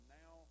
now